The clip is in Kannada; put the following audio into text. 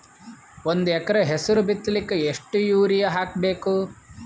ಒಂದ್ ಎಕರ ಹೆಸರು ಬಿತ್ತಲಿಕ ಎಷ್ಟು ಯೂರಿಯ ಹಾಕಬೇಕು?